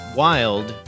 wild